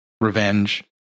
revenge